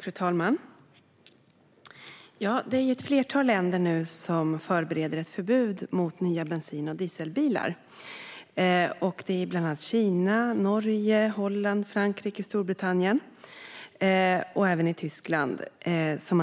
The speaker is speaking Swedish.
Fru talman! Det är nu ett flertal länder som förbereder ett förbud mot nya bensin och dieselbilar. Bland annat Kina, Norge, Holland, Frankrike, Storbritannien och Tyskland